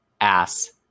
ass